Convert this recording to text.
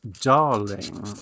darling